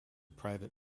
private